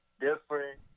different